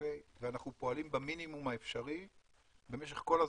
ואנחנו פועלים במינימום האפשרי במשך כל הזמן,